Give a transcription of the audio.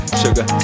sugar